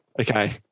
Okay